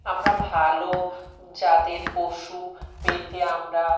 আমরা ভালো জাতের পশু পেতে আমরা